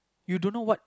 you don't know what